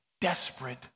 desperate